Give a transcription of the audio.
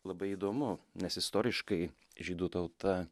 labai įdomu nes istoriškai žydų tauta